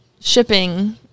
shipping